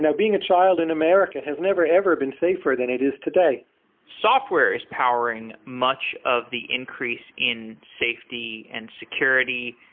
being a child in america has never ever been safer than it is today software is powering much of the increase in safety and security,